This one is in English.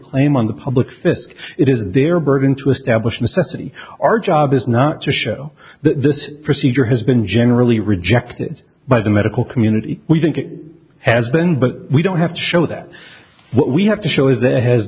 claim on the public this it is their burden to establish necessity our job is not to show this procedure has been generally rejected by the medical community we think it has been but we don't have to show that what we have to show is that